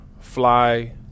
fly